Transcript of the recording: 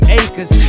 acres